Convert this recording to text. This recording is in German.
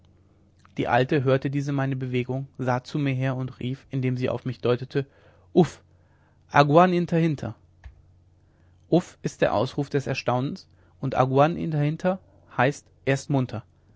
die alte hörte diese meine bewegung sah zu mir her und rief indem sie auf mich deutete uff aguan inta hinta uff ist der ausruf des erstaunens und aguan inta hinta heißt er ist munter